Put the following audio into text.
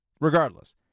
Regardless